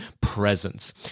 presence